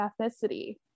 ethnicity